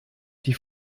die